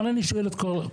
אבל אני שואל את כולכם.